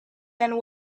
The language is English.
and